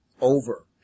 over